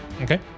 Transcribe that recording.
Okay